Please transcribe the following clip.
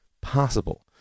possible